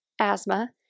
asthma